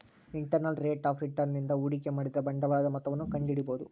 internal rate of return ನಿಂದ ಹೂಡಿಕೆ ಮಾಡಿದ ಬಂಡವಾಳದ ಮೊತ್ತವನ್ನು ಕಂಡಿಡಿಬೊದು